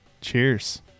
cheers